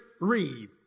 Read